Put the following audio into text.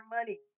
money